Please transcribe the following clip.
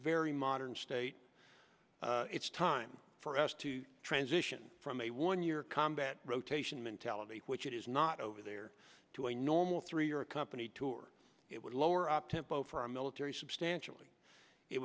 very modern state it's time for us to transition from a one year combat rotation mentality which it is not over there to a normal three year accompanied tour it would lower up tempo for our military substantially it